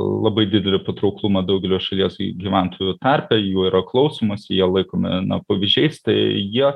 labai didelį patrauklumą daugelio šalies gyventojų tarpe jų yra klausomasi jie laikomi na pavyzdžiais tai jie